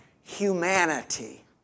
humanity